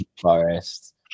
Forest